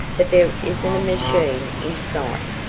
but there isn't a machine in sight.